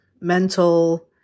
mental